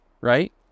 right